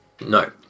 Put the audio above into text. No